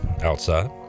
outside